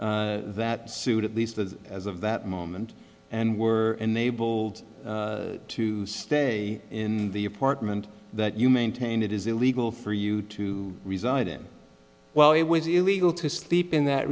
that suit at least the as of that moment and were enabled to stay in the apartment that you maintain it is illegal for you to reside in while it was illegal to sleep in that